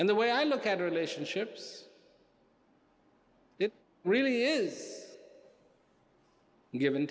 and the way i look at relationships it really is given